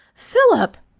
philip!